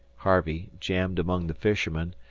harvey, jammed among the fishermen,